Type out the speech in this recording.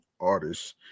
artists